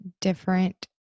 different